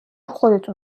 خودتون